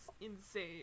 insane